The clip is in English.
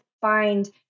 find